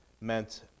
meant